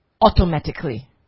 automatically